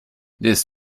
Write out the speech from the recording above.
this